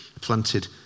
planted